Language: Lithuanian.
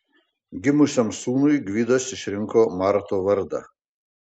gimusiam sūnui gvidas išrinko marto vardą